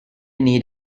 need